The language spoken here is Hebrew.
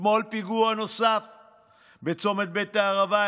אתמול אירע פיגוע נוסף בצומת בית הערבה,